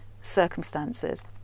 circumstances